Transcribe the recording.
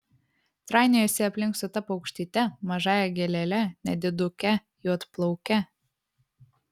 trainiojasi aplink su ta paukštyte mažąja gėlele nediduke juodplauke